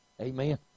Amen